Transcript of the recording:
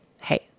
hey